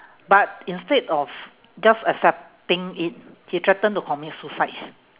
but instead of just accepting it he threatened to commit suicide